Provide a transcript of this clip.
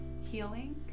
healing